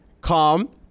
Come